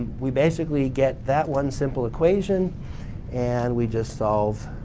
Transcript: we basically get that one simple equation and we just solve